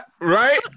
Right